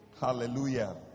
Hallelujah